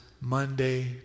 Monday